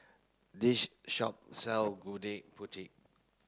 this shop sell Gudeg Putih